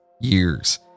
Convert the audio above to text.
years